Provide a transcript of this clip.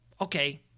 okay